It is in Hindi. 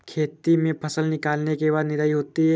खेती में फसल निकलने के बाद निदाई होती हैं?